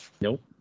Nope